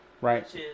right